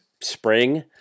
spring